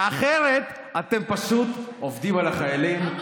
אחרת אתם פשוט עובדים על החיילים,